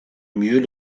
mieux